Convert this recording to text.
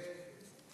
כן.